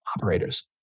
operators